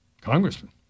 Congressman